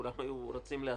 כולם היו רצים להטיל.